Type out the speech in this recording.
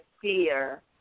fear